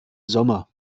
sommer